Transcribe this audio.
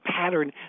pattern